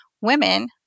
Women